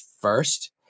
first